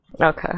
Okay